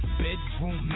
bedroom